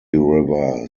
river